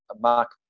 Mark